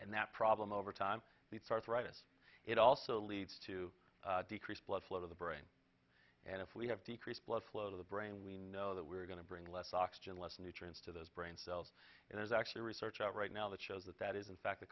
and that problem over time the fourth rightists it also leads to decreased blood flow to the brain and if we have decreased blood flow to the brain we know that we're going to bring less oxygen less nutrients to those brain cells and there's actually research out right now that shows that that is in fact the